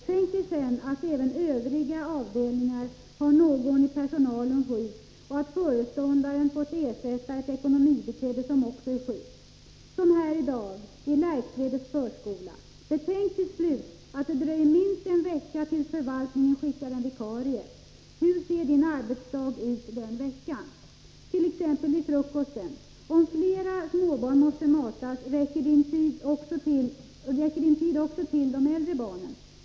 Tänk dig själv att även övriga avdelningar har någon i personalen sjuk och att föreståndaren fått ersätta ett ekonomibiträde som också är sjuk. Som här i dag, i Lärkträdets förskola. Betänk till slut att det dröjer minst en vecka tills förvaltningen skickar en vikarie. Hur ser din arbetsdag ut den veckan? —T ex vid frukosten. Om flera småbarn måste matas, räcker din tid också till de äldre barnen?